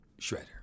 Shredder